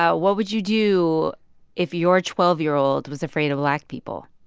yeah what would you do if your twelve year old was afraid of black people?